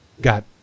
got